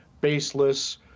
baseless